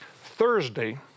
Thursday